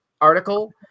article